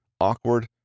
awkward